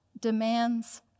demands